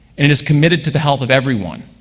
and it is committed to the health of everyone.